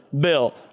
bill